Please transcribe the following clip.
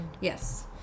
yes